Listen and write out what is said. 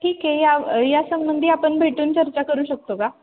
ठीक आहे या या संबंधी आपण भेटून चर्चा करू शकतो का